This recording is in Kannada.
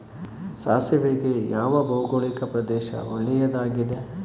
ಸಾಸಿವೆಗೆ ಯಾವ ಭೌಗೋಳಿಕ ಪ್ರದೇಶ ಒಳ್ಳೆಯದಾಗಿದೆ?